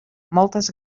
moltes